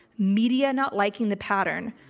media not liking the pattern.